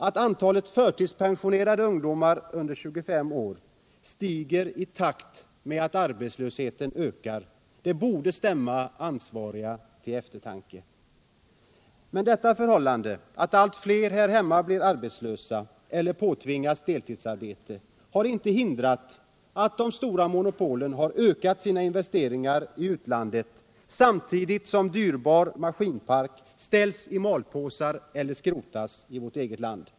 Att antalet förtidspensionerade ungdomar under 25 år stiger i takt med att arbetslösheten ökar borde stämma ansvariga till eftertanke. Men detta förhållande, att allt fler här hemma blir arbetslösa eller påtvingas deltidsarbete, har inte hindrat att de stora monopolen ökat sina investeringar i utlandet, samtidigt som dyrbar maskinpark läggs i malpåsar eller skrotas. Herr talman!